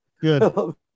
Good